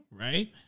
Right